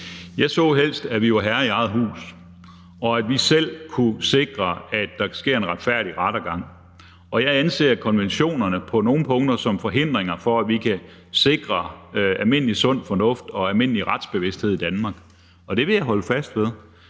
Jeg så helst, at vi var herrer i eget hus, og at vi selv kunne sikre, at der sker en retfærdig rettergang, og jeg anser på nogle punkter konventionerne som forhindringer for, at vi kan sikre almindelig sund fornuft og almindelig retsbevidsthed i Danmark. Og det vil jeg holde fast ved.